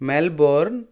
Melbourne